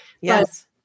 Yes